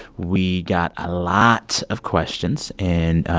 we got a lot of questions. and